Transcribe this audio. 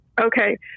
Okay